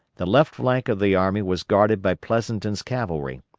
the left flank of the army was guarded by pleasonton's cavalry,